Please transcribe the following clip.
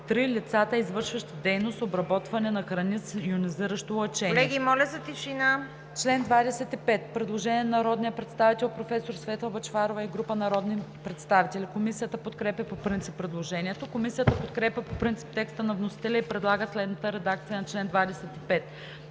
3. лицата, извършващи дейност „обработване на храни с йонизиращо лъчение“.“ По чл. 25 има предложение на народния представител Светла Бъчварова и група народни представители. Комисията подкрепя по принцип предложението. Комисията подкрепя по принцип текста на вносителя и предлага следната редакция на чл. 25: